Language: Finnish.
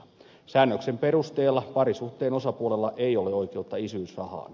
säännöksen perusteella parisuhteen osapuolella ei ole oikeutta isyysrahaan